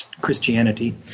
Christianity